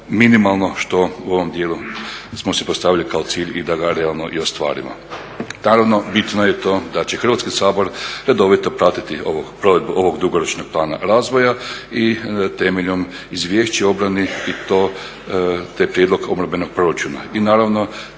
minimalno što u ovom dijelu smo si postavili kao cilj i da ga realno i ostvarimo. Naravno bitno je i to da će Hrvatski sabor redovito pratiti provedbu ovog dugoročnog plana razvoja i temeljem izvješća o obrani i taj prijedlog obrambenog proračuna. I naravno